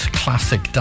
classic